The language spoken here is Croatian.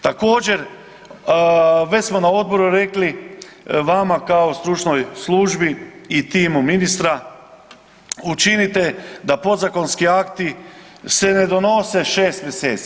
Također, već smo na Odboru rekli vama kao Stručnoj službi i timu ministra učinite da podzakonski akti se ne donose 6 mjeseci.